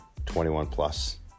21-plus